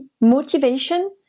motivation